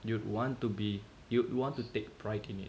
you would want to be you would want to take pride in it